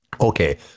Okay